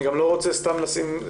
אני גם לא רוצה סתם לשים,